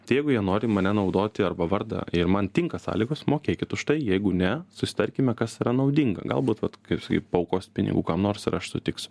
tai jeigu jie nori mane naudoti arba vardą ir man tinka sąlygos mokėkit už tai jeigu ne susitarkime kas yra naudinga galbūt vat kaip sakai paaukos pinigų kam nors ir aš sutiksiu